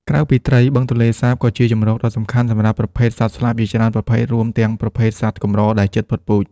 ក្រៅពីត្រី បឹងទន្លេសាបក៏ជាជម្រកដ៏សំខាន់សម្រាប់ប្រភេទសត្វស្លាបជាច្រើនប្រភេទ រួមទាំងប្រភេទសត្វកម្រដែលជិតផុតពូជ។